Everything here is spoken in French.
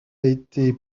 été